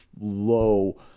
low